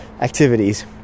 activities